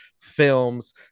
films